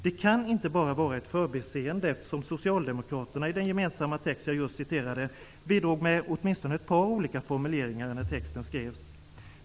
Det kan inte bara vara ett förbiseende, eftersom Socialdemokraterna i den gemensamma text jag just citerade bidrog med åtminstone ett par olika formuleringar när texten skrevs.